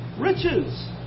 riches